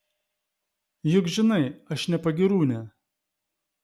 juk žinai aš ne pagyrūnė